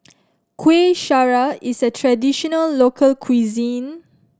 Kueh Syara is a traditional local cuisine